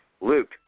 Luke